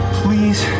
please